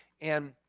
and